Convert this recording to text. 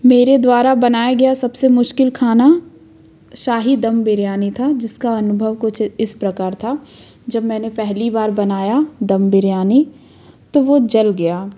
मेरे द्वारा बनाया गया सबसे मुश्किल खाना शाही दम बिरयानी था जिसका अनुभव कुछ इस प्रकार था जब मैंने पहली बार बनाया दम बिरयानी तो वो जल गया